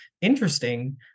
interesting